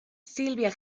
silvia